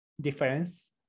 Difference